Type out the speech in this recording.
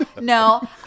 No